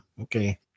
okay